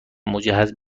مجهز